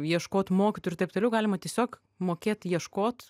ieškot mokytojų ir taip toliau galima tiesiog mokėt ieškot